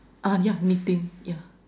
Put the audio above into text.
ah ya meeting ya